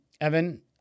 Evan